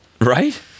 Right